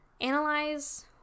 Analyze